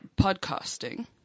podcasting